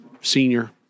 senior